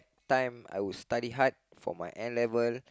time I would study hard for my N-level